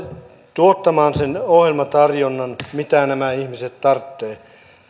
tuottamaan sen ohjelmatarjonnan mitä nämä ihmiset tarvitsevat